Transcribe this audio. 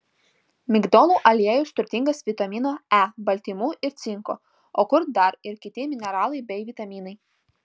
migdolų aliejus turtingas vitamino e baltymų ir cinko o kur dar ir kiti mineralai bei vitaminai